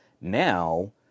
now